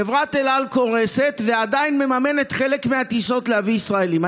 חברת אל על קורסת ועדיין מממנת את חלק מהטיסות להביא ישראלים.